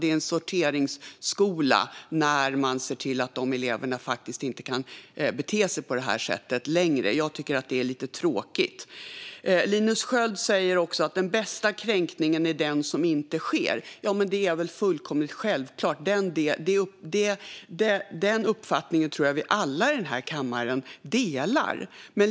Det är en sorteringsskola när man ser till att de eleverna inte kan bete sig på det sättet längre. Jag tycker att det är lite tråkigt. Linus Sköld säger också att den bästa kränkningen är den som inte sker. Det är väl fullkomligt självklart. Den uppfattningen tror jag att vi alla i den här kammaren delar.